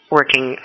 working